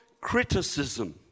criticism